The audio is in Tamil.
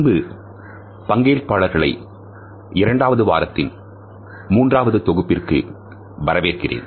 அன்பு பங்கேற்பாளர்களை இரண்டாவது வாரத்தில் மூன்றாவது தொகுப்பிற்கு வரவேற்கிறேன்